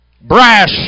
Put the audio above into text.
brash